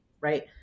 right